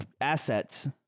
assets